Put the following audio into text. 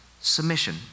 submission